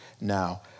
now